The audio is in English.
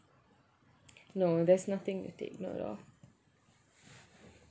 no there's nothing to take note of